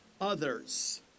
others